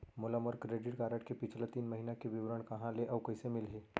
मोला मोर credit card के पिछला तीन महीना के विवरण कहाँ ले अऊ कइसे मिलही?